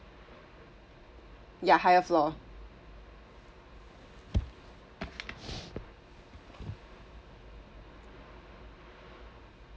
ya higher floor